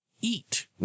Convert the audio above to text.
eat